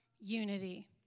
unity